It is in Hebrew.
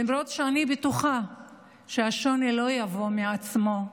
למרות שאני בטוחה שהשוני לא יבוא מעצמו,